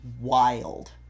wild